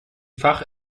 fach